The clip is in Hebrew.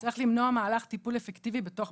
תודה,